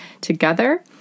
together